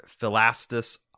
Philastus